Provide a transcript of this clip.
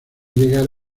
llegar